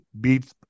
beats